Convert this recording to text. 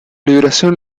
liberación